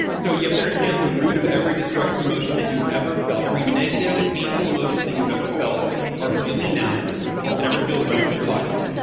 so you have to understand the root of every destructive emotion that you've ever felt. every negative, painful emotion that you've ever felt or feeling now or could ever feel the rest of your life.